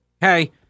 Hey